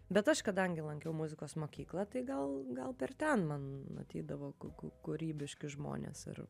bet aš kadangi lankiau muzikos mokyklą tai gal gal per ten man matydavau ku ku kūrybiški žmonės ir